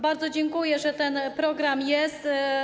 Bardzo dziękuję, że ten program jest.